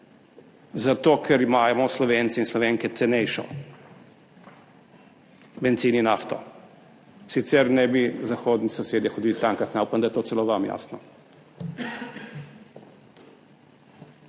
Zato ker imamo Slovenci in Slovenke cenejša bencin in nafto, sicer ne bi zahodni sosedje hodili tankat. Upam, da je to celo vam jasno.